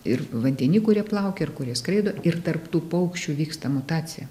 ir vandeny kurie plaukioja ir kurie skraido ir tarp tų paukščių vyksta mutacija